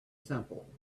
simple